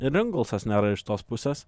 ir ingelsas nėra iš tos pusės